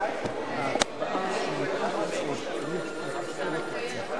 סיעות העבודה מרצ להביע אי-אמון